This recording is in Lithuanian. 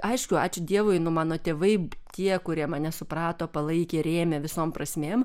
aišku ačiū dievui nu mano tėvai tie kurie mane suprato palaikė rėmė visom prasmėm